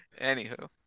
Anywho